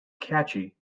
catchy